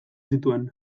zituen